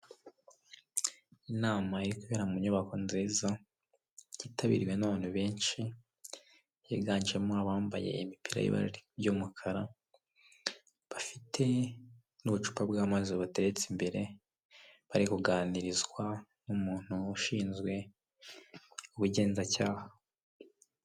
Inama iri kubera mu nyubako nziza, yitabiriwe n'abantu benshi, yiganjemo abambaye imipira y'ibara ry'umukara, bafite n'ubucupa bw'amazi bubateretse imbere, bari kuganirizwa umuntu ushinzwe ubugenzacyaha.